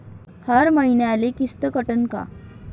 हर मईन्याले किस्त कटन का?